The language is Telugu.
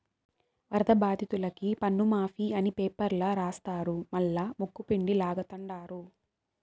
వరద బాధితులకి పన్నుమాఫీ అని పేపర్ల రాస్తారు మల్లా ముక్కుపిండి లాగతండారు